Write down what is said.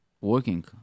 working